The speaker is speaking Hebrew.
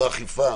לא אכיפה?